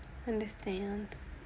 understand